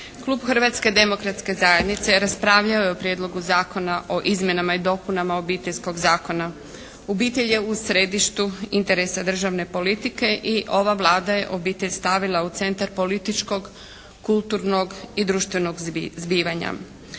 Klub Hrvatske demokratske zajednice raspravljao je o Prijedlogu zakona o izmjenama i dopunama Obiteljskog zakona. Obitelj je u središtu interesa državne politike i ova Vlada je obitelj stavila u centar političkog, kulturnog i društvenog zbivanja.